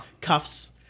cuffs